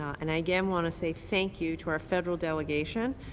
and i again want to say thank you to our federal delegation,